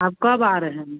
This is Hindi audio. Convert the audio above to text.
आप कब आ रहे हैं